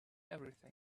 everything